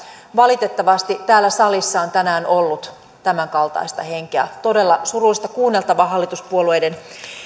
valitettavasti täällä salissa on tänään ollut tämänkaltaista henkeä todella surullista kuunneltavaa hallituspuolueiden